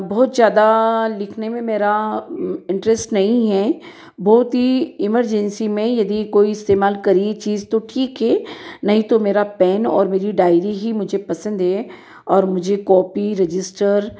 लिखने में मेरा बहुत ज़्यादा इंट्रेस्ट नहीं है बहुत ही इमरजेंसी में यदि कोई इस्तेमाल करी चीज तो ठीक है नहीं तो मेरा पेन और मेरी डायरी ही मुझे पसंद है और मुझे कॉपी रजिस्टर